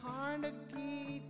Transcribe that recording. Carnegie